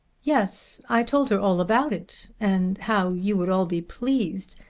yes i told her all about it and how you would all be pleased.